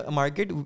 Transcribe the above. market